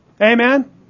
Amen